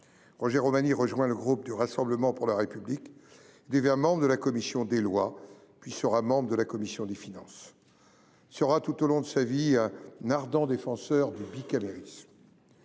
Roger Romani rejoint le groupe du Rassemblement pour la République (RPR) et devient membre de la commission des lois, avant d’être membre de la commission des finances. Il sera tout au long de sa vie politique un ardent défenseur du bicamérisme.